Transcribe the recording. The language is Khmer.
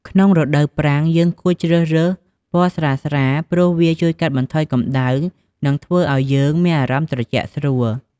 ក្នុងរដូវប្រាំង យើងគួរជ្រើសរើសពណ៌ស្រាលៗ ព្រោះវាជួយកាត់បន្ថយកម្ដៅ និងធ្វើឱ្យយើងមានអារម្មណ៍ត្រជាក់ស្រួល។